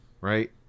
right